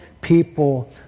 people